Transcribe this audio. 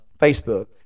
Facebook